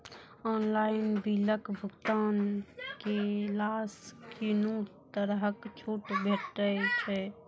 Online बिलक भुगतान केलासॅ कुनू तरहक छूट भेटै छै?